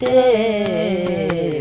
day